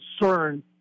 concern